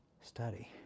study